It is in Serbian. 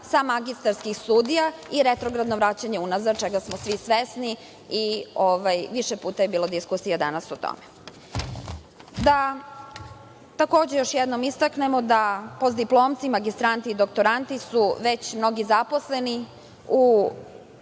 sa magistarskih studija i retrogradno vraćanje unazad, čega smo svi svesni i više puta je bilo diskusije danas o tome. Da takođe još jednom istaknemo da postdiplomci, magistranti i doktoranti su već mnogi zaposleni u